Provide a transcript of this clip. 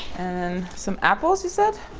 and some apples, you said?